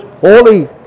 holy